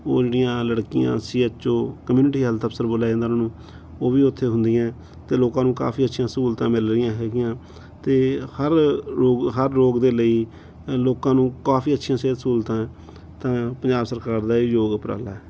ਉਹ ਜਿਹੜੀਆਂ ਲੜਕੀਆਂ C H O community hall ਦਫ਼ਤਰ ਬੋਲਿਆ ਜਾਂਦਾ ਉਹਨਾਂ ਨੂੰ ਉਹ ਵੀ ਉੱਥੇ ਹੁੰਦੀਆਂ ਅਤੇ ਲੋਕਾਂ ਨੂੰ ਕਾਫ਼ੀ ਅੱਛੀਆਂ ਸਹੂਲਤਾਂ ਮਿਲ ਰਹੀਆਂ ਹੈਗੀਆਂ ਅਤੇ ਹਰ ਰੋਗ ਹਰ ਰੋਗ ਦੇ ਲਈ ਲੋਕਾਂ ਨੂੰ ਕਾਫ਼ੀ ਅੱਛੀਆਂ ਸਿਹਤ ਸਹੂਲਤਾਂ ਤਾਂ ਪੰਜਾਬ ਸਰਕਾਰ ਦਾ ਇਹ ਯੋਗ ਉਪਰਾਲਾ